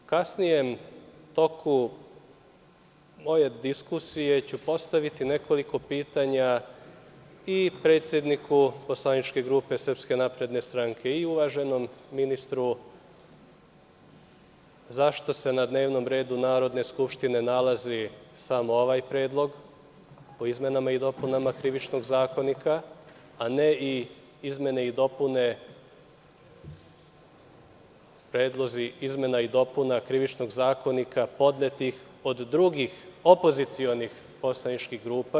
U kasnijem toku moje diskusije ću postaviti nekoliko pitanja i predsedniku poslaničke grupe SNS i uvaženom ministru - zašto se na dnevnom redu Narodne skupštine nalazi samo ovaj Predlog o izmenama i dopunama Krivičnog zakonika, a ne i predlozi izmena i dopuna Krivičnog zakonika podnetih od drugih opozicionih poslaničkih grupa?